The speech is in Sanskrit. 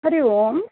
हरिओम्